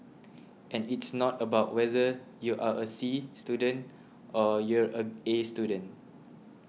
and it's not about whether you are a C student or you're a A student